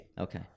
Okay